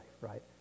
right